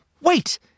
wait